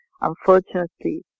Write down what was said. unfortunately